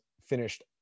finished